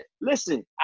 listen